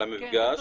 על המפגש.